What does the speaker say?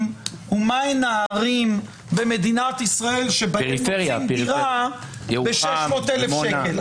ומהם הערים שבהם מוצאים דירה ב-600,000 שקלים.